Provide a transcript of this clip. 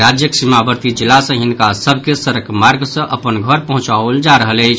राज्यक सीमावर्ती जिला सँ हिनका सभ के सड़क मार्ग सँ अपन घर पहुंचाओल जा रहल अछि